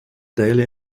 daily